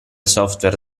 software